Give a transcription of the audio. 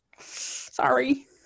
Sorry